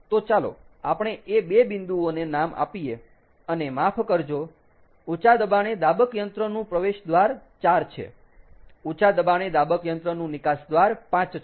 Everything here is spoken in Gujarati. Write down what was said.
તો ચાલો આપણે એ 2 બિંદુઓને નામ આપીએ અને માફ કરજો ઊંચા દબાણે દાબક યંત્રનું પ્રવેશ દ્વાર 4 છે ઊંચા દબાણે દાબક યંત્રનું નિકાસ દ્વાર 5 છે